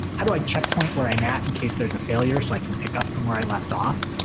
how do i checkpoint where i'm at in case there's a failure so i can pick up from where i left off?